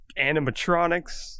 Animatronics